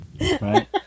Right